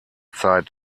zeit